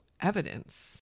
evidence